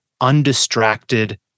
undistracted